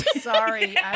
Sorry